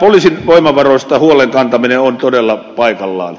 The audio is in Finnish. poliisin voimavaroista huolen kantaminen on todella paikallaan